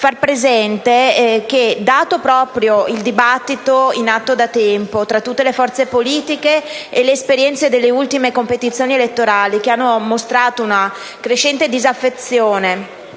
materia elettorale, dato proprio il dibattito in atto da tempo tra tutte le forze politiche e le esperienze delle ultime competizioni elettorali, che hanno mostrato una crescente disaffezione